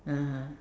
(uh huh)